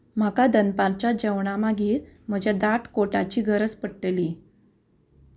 म्हाका दनपारच्या जेवणा मागीर म्हज्या दाट कोटाची गरज पडटली